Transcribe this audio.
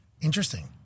Interesting